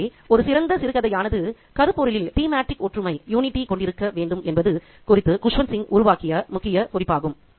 எனவே ஒரு சிறந்த சிறுகதையானது கருப்பொருளில் ஒற்றுமை கொண்டிருக்க வேண்டும் என்பது குறித்து குஸ்வந்த் சிங் உருவாக்கிய முக்கிய குறிப்பாகும்